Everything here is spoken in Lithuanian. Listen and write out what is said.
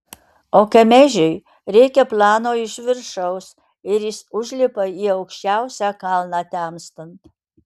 o kemežiui reikia plano iš viršaus ir jis užlipa į aukščiausią kalną temstant